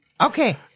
Okay